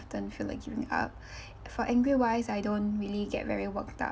feel like giving up for angry wise I don't really get very worked up